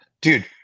Dude